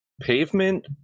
pavement